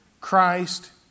Christ